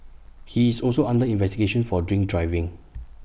he is also under investigation for drink driving